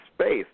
space